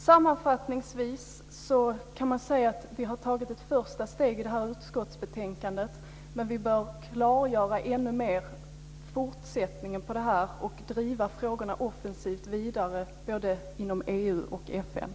Sammanfattningsvis kan man säga att vi tagit ett första steg i det här utskottsbetänkandet. Men vi bör ännu mer klargöra fortsättningen på detta och driva frågorna vidare offensivt både inom EU och inom